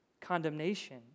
condemnation